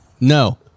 No